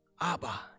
Abba